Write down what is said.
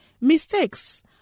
mistakes